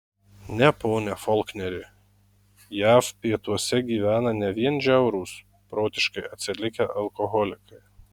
ne pone folkneri jav pietuose gyvena ne vien žiaurūs protiškai atsilikę alkoholikai